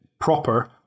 proper